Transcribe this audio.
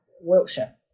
Wiltshire